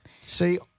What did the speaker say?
See